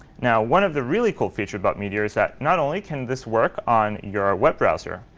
now, one of the really cool feature about meteor is that not only can this work on your ah web browser,